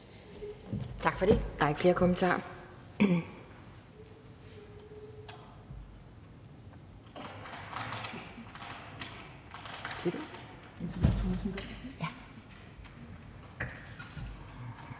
Tak for det. Der er ikke flere korte